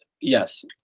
yes